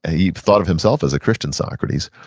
ah he thought of himself as a christian socrates,